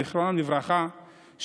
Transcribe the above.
זיכרונם לברכה,